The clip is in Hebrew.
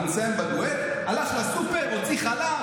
ואנחנו נסיים בדואט: הוציא חלב,